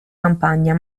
campagna